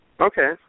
Okay